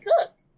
cook